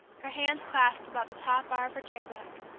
her hands clasped about the top bar of her chair-back.